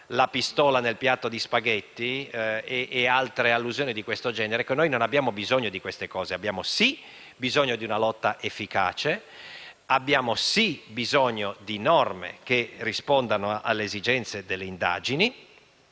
la pistola nel piatto di spaghetti e altre allusioni di questo genere). Noi non abbiamo bisogno di queste cose. Noi abbiamo bisogno certamente di una lotta efficace, di norme che rispondano alle esigenze delle indagini,